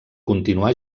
continuà